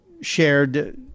shared